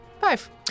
Five